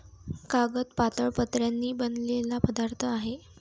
कागद पातळ पत्र्यांनी बनलेला पदार्थ आहे